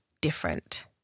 different